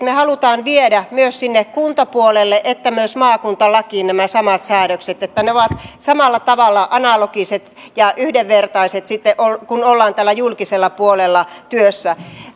me haluamme viedä myös sinne kuntapuolelle ja myös maakuntalakiin nämä samat säädökset että ne ovat samalla tavalla analogiset ja yhdenvertaiset sitten kun ollaan täällä julkisella puolella työssä